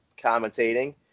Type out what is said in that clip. commentating